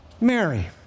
Mary